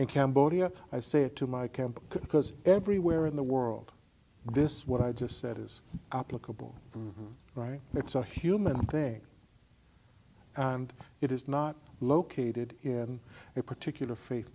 in cambodia i say it to my camp because everywhere in the world this what i just said is applicable right it's a human thing and it is not located in a particular faith